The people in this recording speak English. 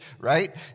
right